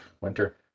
winter